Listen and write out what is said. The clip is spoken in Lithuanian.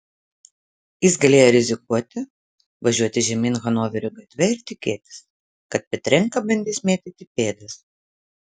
jis galėjo rizikuoti važiuoti žemyn hanoverio gatve ir tikėtis kad petrenka bandys mėtyti pėdas